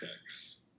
picks